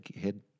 head